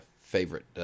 favorite